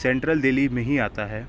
central Delhi میں ہی آتا ہے